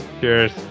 Cheers